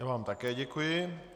Já vám také děkuji.